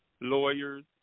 lawyers